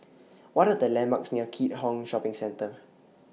What Are The landmarks near Keat Hong Shopping Centre